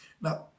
Now